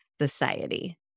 society